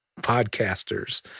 podcasters